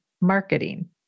Marketing